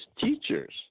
teachers